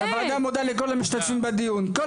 הוועדה מודה לכל המשתתפים בדיון,